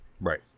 Right